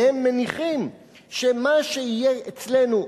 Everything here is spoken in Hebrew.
והם מניחים שמה שיהיה אצלנו,